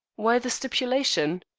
why the stipulation?